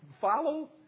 Follow